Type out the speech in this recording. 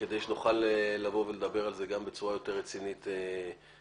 כדי שנוכל לבוא ולדבר על זה גם בצורה יותר רצינית באו"ם.